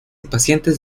pacientes